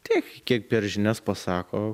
tiek kiek per žinias pasako